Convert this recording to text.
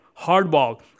Hardball